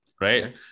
right